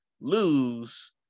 lose